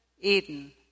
Eden